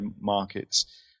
markets